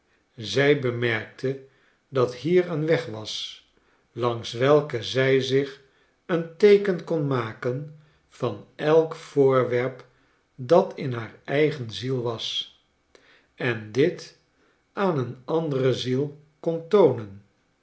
zij bemerkte dat hier een weg was langs welken zi zich een teeken kon maken van elk voorwerp dat in haar eigen ziel was en dit aan een andere ziel kon toonen